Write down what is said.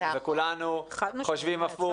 וכולנו חושבים הפוך.